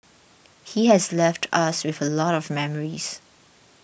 he has left us with a lot of memories